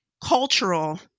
cultural